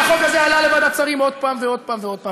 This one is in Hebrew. והחוק הזה עלה לוועדת שרים עוד פעם ועוד פעם ועוד פעם,